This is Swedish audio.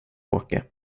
åka